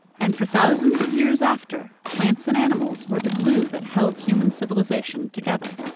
and for thousands of years after, plants and animals were the glue that held human civilization together.